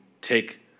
Take